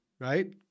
right